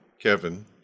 Kevin